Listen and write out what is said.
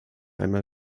einmal